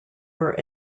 were